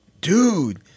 Dude